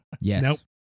Yes